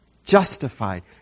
justified